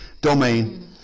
domain